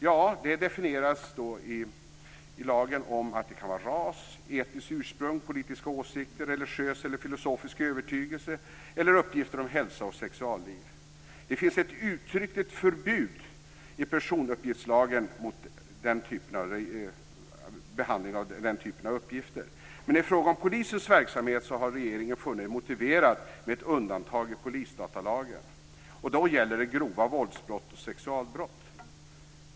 Ja, det definieras i lagen som att det kan vara ras, etniskt ursprung, politisk åsikt, religiös eller filosofisk övertygelse eller uppgifter som hälsa och sexualliv. Det finns ett uttryckligt förbud i personuppgiftslagen mot behandlingen av den typen av uppgifter. Men i fråga om polisens verksamhet har regeringen funnit det motiverat med ett undantag i polisdatalagen. Då gäller det grova våldsbrott och sexualbrott.